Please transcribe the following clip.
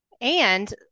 and-